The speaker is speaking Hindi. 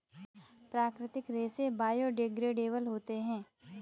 प्राकृतिक रेसे बायोडेग्रेडेबल होते है